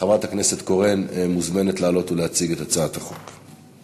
חברת הכנסת קורן מוזמנת לעלות ולהציג את הצעת החוק.